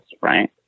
right